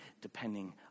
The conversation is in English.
depending